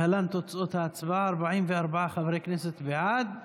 להלן תוצאות ההצבעה: 44 חברי כנסת בעד,